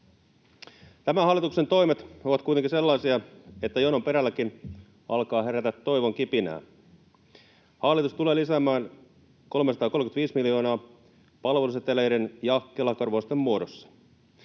Tämän hallituksen toimet ovat kuitenkin sellaisia, että jonon perälläkin alkaa herätä toivon kipinää. Hallitus tulee lisäämään 335 miljoonaa palveluseteleiden ja Kela-korvausten muodossa.